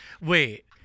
Wait